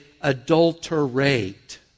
adulterate